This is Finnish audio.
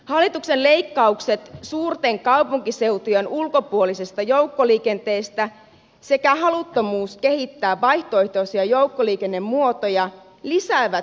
hallituksen leikkaukset suurten kaupunkiseutujen ulkopuolisesta joukkoliikenteestä sekä haluttomuus kehittää vaihtoehtoisia joukkoliikennemuotoja lisäävät yksityisautoilun tarvetta